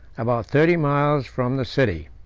about thirty miles from the city.